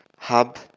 hub